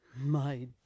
My